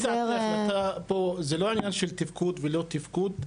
ההחלטה פה היא לא עניין של תפקוד ואי-תפקוד.